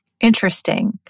Interesting